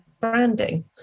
branding